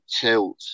Tilt